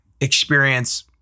experience